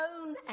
own